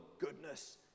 goodness